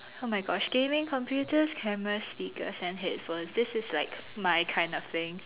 oh my gosh gaming computers cameras speakers and headphones this is like my kind of thing